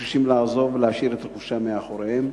וחוששים לעזוב ולהשאיר את רכושם מאחוריהם.